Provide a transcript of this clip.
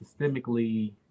systemically